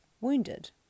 wounded